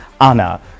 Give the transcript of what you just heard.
Anna